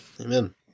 Amen